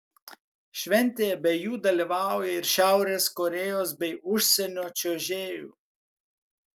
šventėje be jų dalyvauja ir šiaurės korėjos bei užsienio čiuožėjų